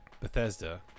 Bethesda